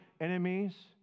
enemies